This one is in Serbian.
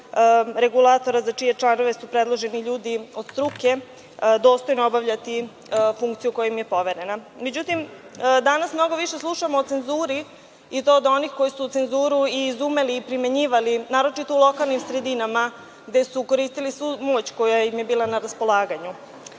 regulatora, za čije članove su predloženi ljudi od struke, dostojno obavljati funkciju koja im je poverena.Međutim, danas mnogo više slušamo o cenzuri i to od onih koji su cenzuru i izumeli i primenjivali, naročito u lokalnim sredinama gde su koristili svu moć koja im je bila na raspolaganju. Biti